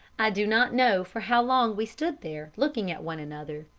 i do not know for how long we stood there looking at one another,